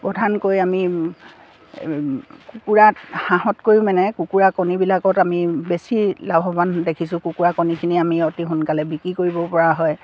প্ৰধানকৈ আমি কুকুৰাত হাঁহতকৈও মানে কুকুৰা কণীবিলাকত আমি বেছি লাভৱান দেখিছোঁ কুকুৰা কণীখিনি আমি অতি সোনকালে বিক্ৰী কৰিব পৰা হয়